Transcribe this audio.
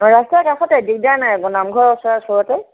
ৰাস্তাৰ কাষতে দিগদাৰ নাই বৰ নামঘৰৰ ওচৰতে